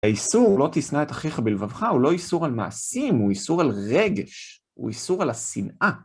איסור לא תשנא את הכרח בלבבך, הוא לא איסור על מעשים, הוא איסור על רגש, הוא איסור על השנאה.